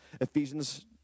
Ephesians